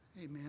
Amen